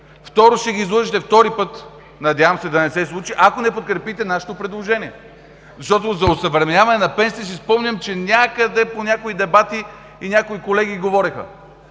Второ, ще ги излъжете втори път, надявам се да не се случи, ако не подкрепите нашето предложение. Защото за осъвременяване на пенсиите си спомням, че някъде, по някои дебати и някои колеги говореха,